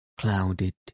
clouded